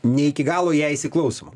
ne iki galo į ją įsiklausoma